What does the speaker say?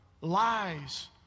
lies